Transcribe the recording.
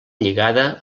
lligada